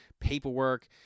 paperwork